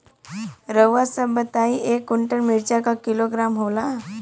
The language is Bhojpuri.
रउआ सभ बताई एक कुन्टल मिर्चा क किलोग्राम होला?